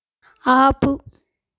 ఆపు